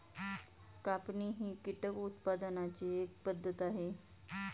कापणी ही कीटक उत्पादनाची एक पद्धत आहे